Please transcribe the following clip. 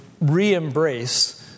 re-embrace